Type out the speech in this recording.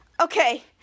Okay